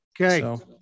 Okay